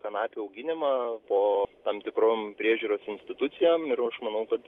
kanapių auginimą po tam tikrom priežiūros institucijom ir aš manau kad